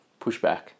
pushback